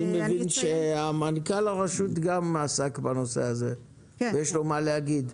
אני מבין שגם מנכ"ל הרשות עסק בנושא הזה ויש לו מה להגיד,